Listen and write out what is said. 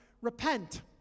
repent